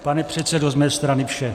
Pane předsedo, z mé strany vše.